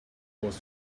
was